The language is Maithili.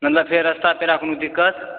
मतलब फेर रास्ता पैरा कोनो दिक्कत